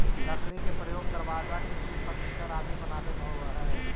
लकड़ी के प्रयोग दरवाजा, खिड़की, फर्नीचर आदि बनावे में होवऽ हइ